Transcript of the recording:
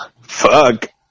Fuck